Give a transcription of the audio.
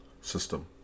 system